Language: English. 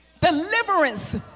Deliverance